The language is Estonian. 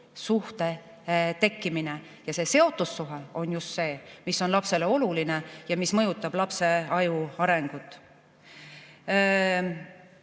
suhe tekitada. Ja see seotussuhe on just see, mis on lapsele oluline, mis mõjutab lapse aju arengut.